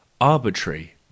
arbitrary